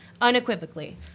unequivocally